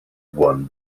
van